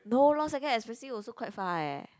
no lor second expensive also quite far eh